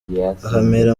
mpera